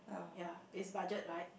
ya is budget right